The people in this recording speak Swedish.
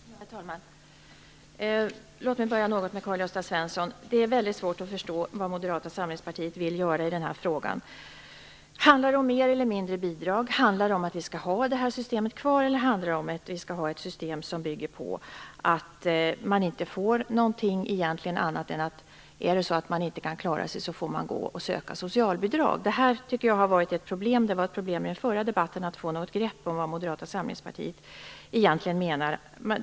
Herr talman! Låt mig börja med något till Karl Gösta Svenson. Det är väldigt svårt att förstå vad Moderata samlingspartiet vill göra i den här frågan. Handlar det om mer eller om mindre bidrag? Handlar det om att vi skall ha detta system kvar, eller handlar det om att vi skall ha ett system som bygger på att om man inte kan klara sig så får man söka socialbidrag? Det har varit ett problem - det var det även i den förra debatten - att få något grepp om vad Moderata samlingspartiet egentligen menar.